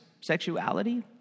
sexuality